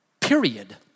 period